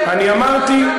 אני אמרתי,